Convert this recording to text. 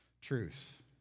Truth